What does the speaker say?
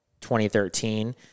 2013